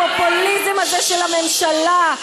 הפופוליזם הזה של הממשלה,